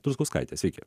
truskauskaite sveiki